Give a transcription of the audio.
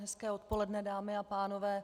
Hezké odpoledne, dámy a pánové.